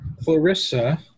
Clarissa